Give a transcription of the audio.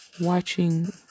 Watching